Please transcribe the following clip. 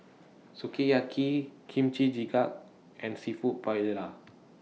Sukiyaki Kimchi Jjigae and Seafood Paella